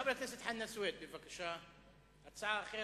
חבר הכנסת חנא סוייד, בבקשה, הצעה אחרת.